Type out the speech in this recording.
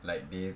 like bathe